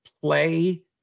play